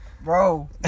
Bro